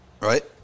Right